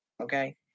Okay